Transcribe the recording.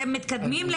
אתם מתקדמים?